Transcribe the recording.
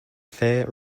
fair